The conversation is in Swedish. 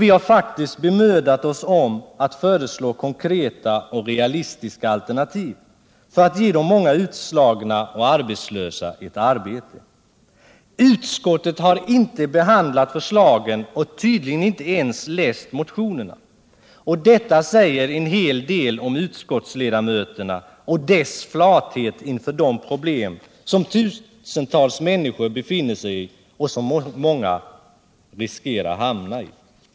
Vi har faktiskt bemödat oss om att föreslå konkreta och realistiska alternativ för att ge de många utslagna och arbetslösa ett arbete. Utskottet har inte behandlat förslagen och tydligen inte ens läst motionerna. Detta säger en hel del om utskottsledamöterna och deras flathet inför de problem som tusentals människor befinner sig i och som många riskerar att hamna i.